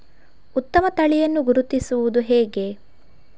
ಉತ್ತಮ ತಳಿಯನ್ನು ಗುರುತಿಸುವುದು ಹೇಗೆ?